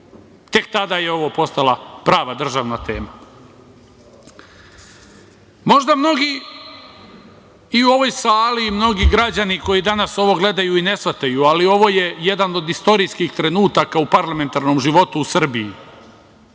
Tek tada je ovo postala prava državna tema. Možda mnogi i u ovoj sali, mnogi građani koji danas ovo gledaju i ne shvataju, ali ovo je jedan od istorijskih trenutaka u parlamentarnom životu u Srbiji.